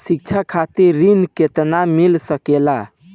शिक्षा खातिर ऋण केतना मिल सकेला?